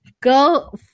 go